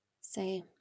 say